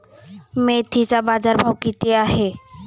मेथीचा बाजारभाव किती आहे?